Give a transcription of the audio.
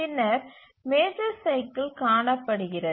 பின்னர் major cycle காணப்படுகிறது